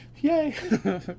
Yay